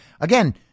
Again